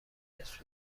صعود